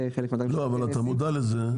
-- לא אבל אתה מודע לזה,